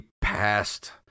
passed